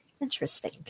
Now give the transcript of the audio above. interesting